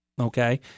okay